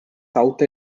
such